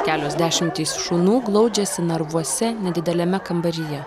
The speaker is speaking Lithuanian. kelios dešimtys šunų glaudžiasi narvuose nedideliame kambaryje